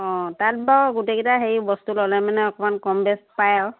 অঁ তাত বাৰু গোটেইকেইটা হেৰি বস্তু ল'লে মানে অকণমান কম বেছ পায় আৰু